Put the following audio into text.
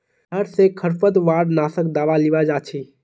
शहर स खरपतवार नाशक दावा लीबा जा छि